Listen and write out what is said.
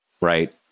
right